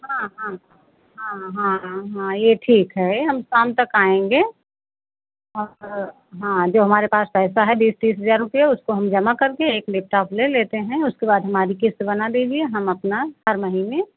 हाँ हाँ हाँ हाँ ये ठीक है हम शाम तक आएँगे और जो हमारे पास पैसा है बीस तीस हजार रुपया उसको हम जमा करके एक लेपटॉप ले लेते हैं उसके बाद हमारी किस्त बना दीजिए हम अपना हर महीने